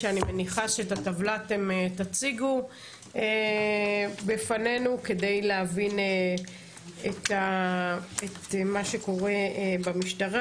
שאני מניחה שאת הטבלה אתם תציגו בפנינו כדי להבין את מה שקורה במשטרה.